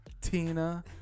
Tina